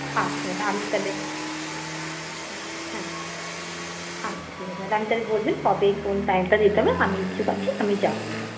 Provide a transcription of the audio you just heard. আচ্ছা ম্যাডাম আমি তাহলে হ্যাঁ হ্যাঁ আচ্ছা ঠিক আছে আমি তাহলে বলবেন কবে কোন টাইমটা দিতে হবে আমি ইচ্ছুক আছি আমি যাবো ম্যাডাম হ্যাঁ